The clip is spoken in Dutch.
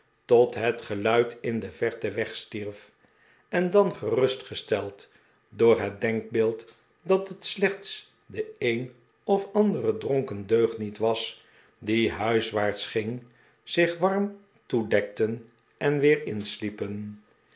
tot net geluid in de verte wegstierf en dan gerustgesteld door het denkbeeld dat het slechts de een of andere dronken deugniet was die huiswaarts ging zich warm toedekten en weer insliepen